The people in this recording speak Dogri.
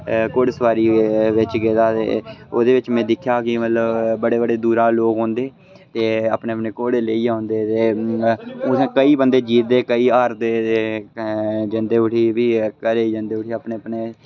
घुड़ सुआरी बिच्च गेदा ते ओह् बिच में दिक्खेआ कि मतलब बड्डे बड्डे दूरा दा लोक औंदे ते अपने अपने घोड़े लेइयै औंदे ते उत्थै केईं बंदे जित्तदे केईं हारदे ते जंदे उठी फ्ही घरै गी जंदे उठी अपने अपने